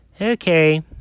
Okay